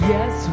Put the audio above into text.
Yes